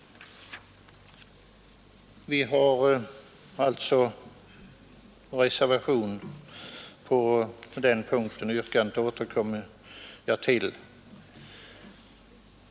Vi har alltså en reservation på den punkten. Yrkandet återkommer jag till.